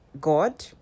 god